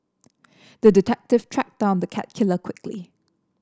the detective tracked down the cat killer quickly